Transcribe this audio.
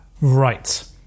right